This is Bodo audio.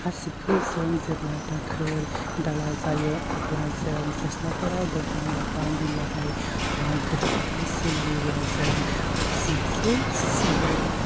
हासिबखौ जों जेब्ला दाखोर दाला जायो अब्ला जों सेस्लाफोराव दंफां लाइफां बिलाइ सिरियोब्ला जों हासिबजों सिबो